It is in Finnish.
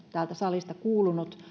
täältä salista on saatesanoja kuulunut